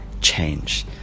change